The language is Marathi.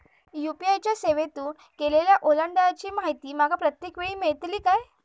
यू.पी.आय च्या सेवेतून केलेल्या ओलांडाळीची माहिती माका प्रत्येक वेळेस मेलतळी काय?